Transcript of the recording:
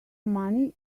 money